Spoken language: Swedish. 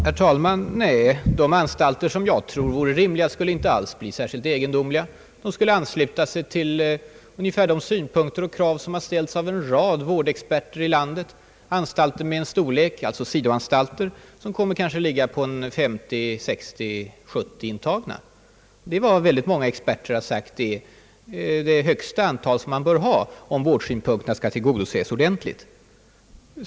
Herr talman! Nej, de anstalter som jag tror vore rimliga skulle inte alls bli särskilt egendomliga. De skulle ungefärligen ansluta sig till de synpunkter som framförts och de krav som ställts av en rad vårdexperter i landet. Det skulle bli sidoanstalter med kanske 50, 60 eller 70 intagna. Det är, enligt vad många experter har sagt, det största antal som man kan ha om vårdsynpunkterna skall tillgodoses ordentligt.